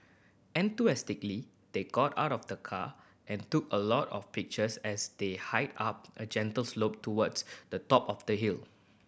enthusiastically they got out of the car and took a lot of pictures as they hiked up a gentle slope towards the top of the hill